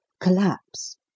collapse